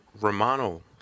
Romano